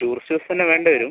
tourist bus തന്നെ വേണ്ട വരും